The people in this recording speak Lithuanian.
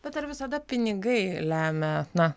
bet ar visada pinigai lemia na